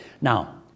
Now